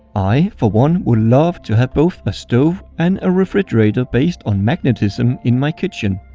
i for one would love to have both a stove and a refrigerator based on magnetism in my kitchen.